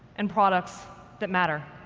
and products that matter.